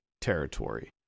territory